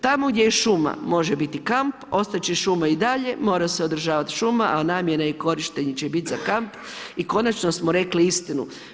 Tamo gdje je šuma može biti kamp, ostat će šuma i dalje, mora se održavati šuma, a namjena i korištenje će biti za kamp i konačno smo rekli istinu.